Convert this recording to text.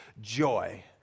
joy